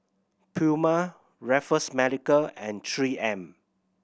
Puma Raffles Medical and Three M